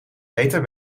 beter